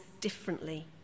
differently